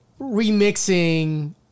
remixing